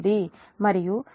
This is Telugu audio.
మరియు ఇది మీ Y గ్రౌన్దేడ్